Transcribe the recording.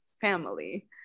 family